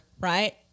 right